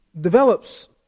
develops